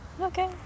Okay